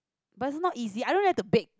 but is not easy I don't have to bake